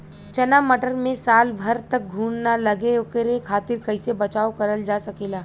चना मटर मे साल भर तक घून ना लगे ओकरे खातीर कइसे बचाव करल जा सकेला?